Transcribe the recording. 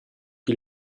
die